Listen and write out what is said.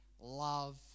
love